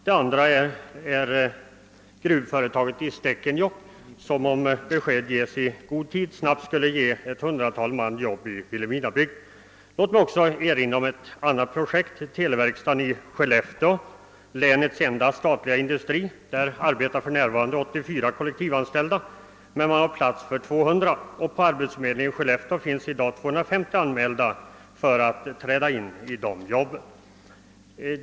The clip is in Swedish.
Det andra är gruvföretaget i Stekenjokk som, om besked ges i god tid, snabbt skulle ge ett hundratal man arbete i vilhelminabygden. Låt mig också erinra om ett annat projekt: televerkstaden i Skellefteå, länets enda statliga industri. Där arbetar för närvarande 84 kollektivanställda, men man har plats för 200. På arbetsförmedlingen i Skellefteå finns i dag 250 anmälda för att träda in i dessa arbeten.